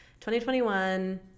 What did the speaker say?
2021